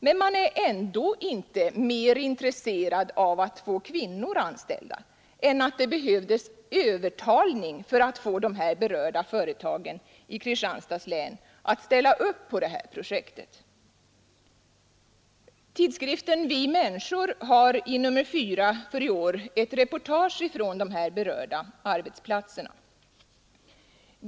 Men man är ändå inte mer intresserad av att få kvinnor anställda än att det behövdes övertalning för att få de här berörda företagen i Kristianstads län att ställa upp på detta projekt. Tidskriften Vi Människor har i nr 4 för i år ett reportage från de berörda arbetsplatserna.